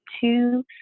two